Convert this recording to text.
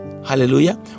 hallelujah